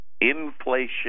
inflation